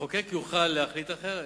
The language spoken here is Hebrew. המחוקק יוכל להחליט אחרת,